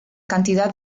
cantidad